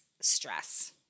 stress